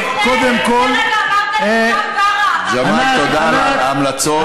אמרת לכולם ברא, ענת, תודה על ההמלצות.